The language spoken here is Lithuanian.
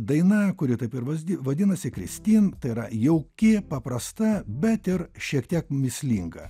daina kuri taip ir vazdi vadinasi kristin tai yra jauki paprasta bet ir šiek tiek mįslinga